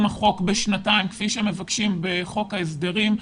החוק בשנתיים כפי שמבקשים בחוק ההסדרים.